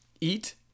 eat